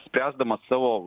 spręsdamas savo